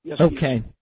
Okay